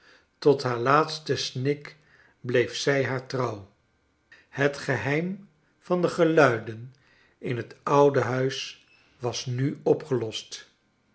tot haar laatsten snik bleef zij haar trouw het geheim van de geluiden in het oude huis was nu opgelost